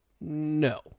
No